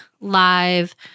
live